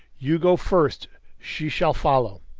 you go first. she shall follow.